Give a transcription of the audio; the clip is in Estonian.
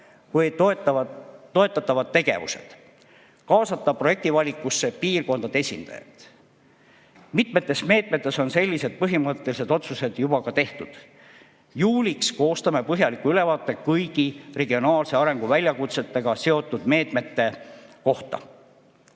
või toetatavad tegevused, kaasata projektivalikusse piirkondade esindajad. Mitmetes meetmetes on sellised põhimõttelised otsused juba tehtud. Juuliks koostame põhjaliku ülevaate kõigi regionaalse arengu väljakutsetega seotud meetmete kohta.